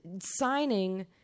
signing